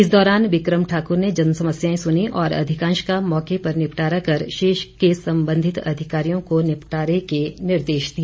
इस दौरान बिक्रम ठाक्र ने जनसमस्याएं सुनी और अधिकांश का मौके पर निपटारा कर शेष के संबंधित अधिकारियों को निपटारे के निर्देश दिए